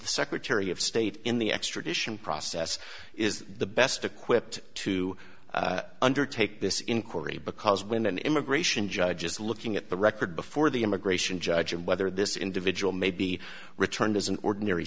secretary of state in the extradition process is the best equipped to undertake this inquiry because when an immigration judge is looking at the record before the immigration judge and whether this individual may be returned as an ordinary